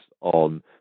on